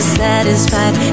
satisfied